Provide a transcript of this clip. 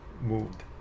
moved